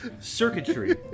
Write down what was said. Circuitry